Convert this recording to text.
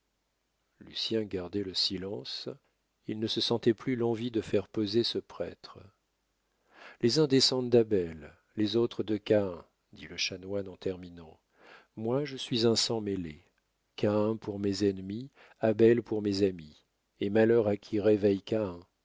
lucien gardait le silence il ne se sentait plus l'envie de faire poser ce prêtre les uns descendent d'abel les autres de caïn dit le chanoine en terminant moi je suis un sang mêlé caïn pour mes ennemis abel pour mes amis et malheur à qui réveille